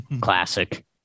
Classic